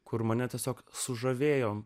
kur mane tiesiog sužavėjo